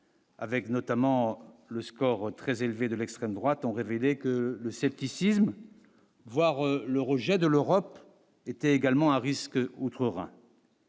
avec notamment le score très élevé, de l'extrême droite ont révélé que le scepticisme, voire le rejet de l'Europe était également un risque outre-Rhin.